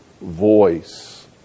voice